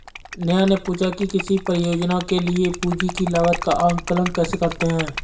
नेहा ने पूछा कि किसी परियोजना के लिए पूंजी की लागत का आंकलन कैसे करते हैं?